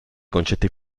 concetti